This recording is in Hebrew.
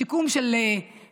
שיקום של חודש-חודשיים,